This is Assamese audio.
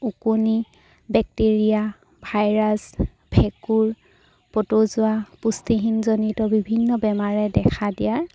ওকণি বেক্টেৰিয়া ভাইৰাছ ভেঁকুৰ প্ৰটজোৱা পুষ্টিহীনজনিত বিভিন্ন বেমাৰে দেখা দিয়াৰ